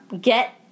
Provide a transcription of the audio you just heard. Get